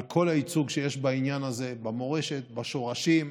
על כל הייצוג שיש בעניין הזה במורשת, בשורשים,